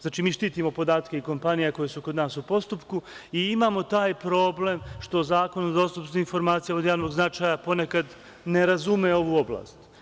Znači, mi štitimo podatke i kompanija koje su kod nas u postupku i imamo taj problem što Zakon o dostupnosti informacijama od javnog značaja ponekad ne razume ovu oblast.